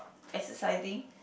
exercising